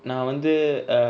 நா வந்து:na vanthu err